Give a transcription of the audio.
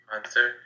Answer